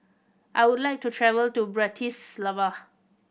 I would like to travel to Bratislava